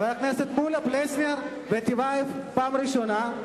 חברי הכנסת מולה, פלסנר וטיבייב, פעם ראשונה.